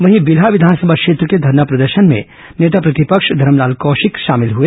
वहीं बिल्हा विधानसभा क्षेत्र के धरना प्रदर्शन में नेता प्रतिपक्ष धरमलाल कौशिक शामिल हए